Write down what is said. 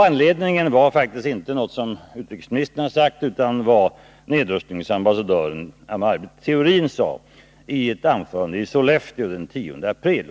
Anledningen var faktiskt inte något som utrikesministern har sagt, utan vad nedrustningsambassadören Maj Britt Theorin sade i ett anförande i Sollefteå den 10 april.